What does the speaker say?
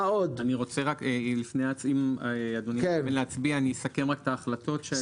לפני שאדוני מצביע, אני רוצה לסכם את ההחלטות.